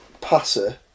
passer